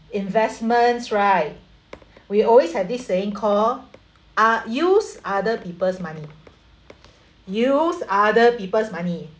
investments right we always had this saying call ah use other people's money use other people's money